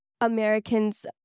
Americans